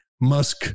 Musk